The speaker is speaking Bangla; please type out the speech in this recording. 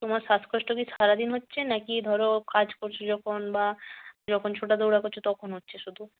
তোমার শ্বাসকষ্ট কি সারাদিন হচ্ছে না কি ধরো কাজ করছ যখন বা যখন ছোটা দৌড়া করছ তখন হচ্ছে শুধু